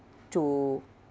to